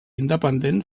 independent